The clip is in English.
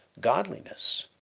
godliness